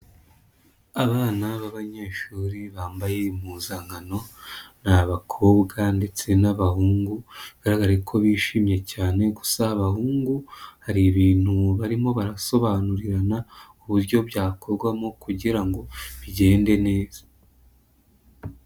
Abana b'abanyeshuri bambaye impuzankano, ni abakobwa ndetse n'abahungu bagaragare ko bishimye cyane gusa abahungu hari ibintu barimo barasobanurirana uburyo byakorwamo kugira ngo bigende neza.